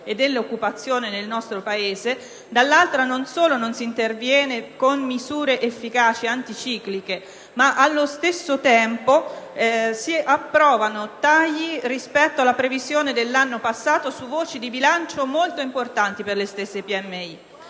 e dell'occupazione nel nostro Paese, dall'altra non solo non intervengono con misure efficaci e anticicliche, ma allo stesso tempo apportano tagli rispetto alla previsione dell'anno passato su voci di bilancio molto importanti per le stesse PMI.